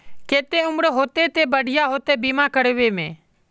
केते उम्र होते ते बढ़िया होते बीमा करबे में?